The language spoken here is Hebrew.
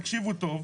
תקשיבו טוב,